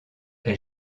est